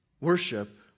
Worship